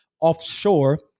offshore